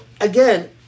again